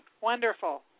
Wonderful